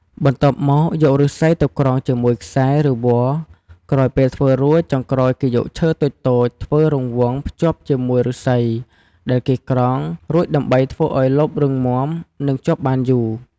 បន្ទាប់មកយកឬស្សីទៅក្រងជាមួយខ្សែ ឬវល្លិ៍ក្រោយពេលធ្វើរួចចុងក្រោយគេយកឈើតូចៗ ធ្វើរង្វង់ភ្ជាប់ជាមួយឫស្សីដែលគេក្រងរួចដើម្បីធ្វើឲ្យលបរឹងមាំនិងជាប់បានយូរ។